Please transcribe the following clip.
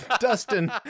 dustin